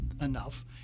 enough